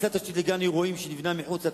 הריסת תשתית לגן אירועים, שנבנה מחוץ לתחום,